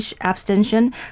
Abstention